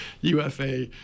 UFA